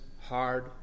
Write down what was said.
hard